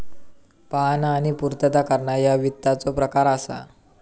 पाहणा आणि पूर्तता करणा ह्या वित्ताचो प्रकार असा